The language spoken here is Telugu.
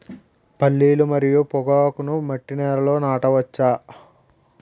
పల్లీలు మరియు పొగాకును మట్టి నేలల్లో నాట వచ్చా?